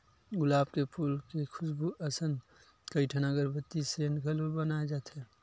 गुलाब के फूल के खुसबू असन कइठन अगरबत्ती, सेंट घलो बनाए जाथे